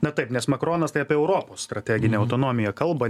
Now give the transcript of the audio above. na taip nes makronas tai apie europos strateginę autonomiją kalba